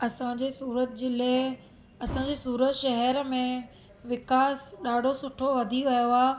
असांजे सूरत जिले असांजे सूरत शहर में विकास ॾाढो सुठो वधी वियो आहे